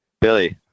Billy